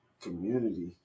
community